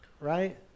right